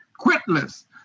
Quitless